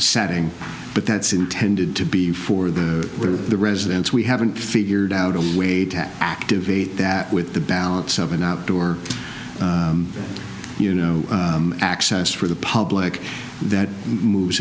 etting but that's intended to be for the good of the residents we haven't figured out a way to activate that with the balance of an outdoor you know access for the public that moves